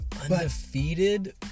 undefeated